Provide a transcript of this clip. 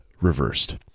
reversed